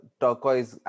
turquoise